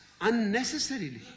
Unnecessarily